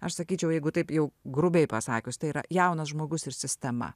aš sakyčiau jeigu taip jau grubiai pasakius tai yra jaunas žmogus ir sistema